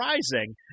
surprising